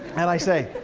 and i say,